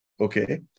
okay